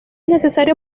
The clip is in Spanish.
necesario